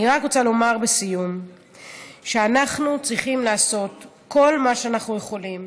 אני רק רוצה לומר לסיום שאנחנו צריכים לעשות כל מה שאנחנו יכולים